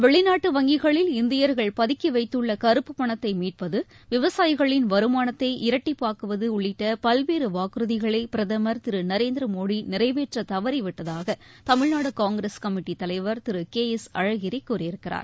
வெளிநாட்டு வங்கிகளில் இந்தியர்கள் பதுக்கி வைத்துள்ள கருப்புப்பணத்தை மீட்பது விவசாயிகளின் வருமானத்தை இரட்டிப்பாக்குவது உள்ளிட்ட பல்வேறு வாக்குறதிகளை பிரதமர் திரு நரேந்திர மோதி நிறைவேற்ற தவறிவிட்டதாக தமிழ்நாடு காங்கிரஸ் கமிட்டித் தலைவர் திரு கே எஸ் அழகிரி கூறியிருக்கிறார்